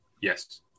yes